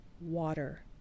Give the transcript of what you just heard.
water